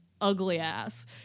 ugly-ass